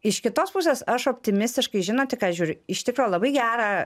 iš kitos pusės aš optimistiškai žinot į ką žiūriu iš tikro labai gerą